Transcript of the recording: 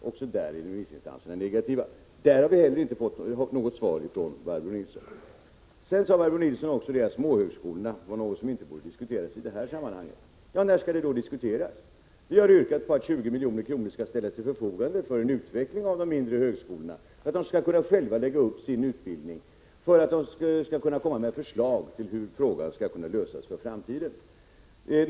Också där är remissinstanserna negativa, och inte heller här har vi fått något svar från Barbro Nilsson. Barbro Nilsson sade också att småhögskolorna var något som inte borde diskuteras i det här sammanhanget. När skall vi då diskutera dem? Vi har yrkat att 20 milj.kr. skall ställas till förfogande för en utveckling av de mindre högskolorna, så att de själva skall kunna lägga upp sin utbildning och komma med förslag till hur frågan skall kunna lösas för framtiden.